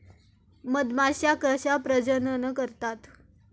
मधमाश्या कशा प्रजनन करतात?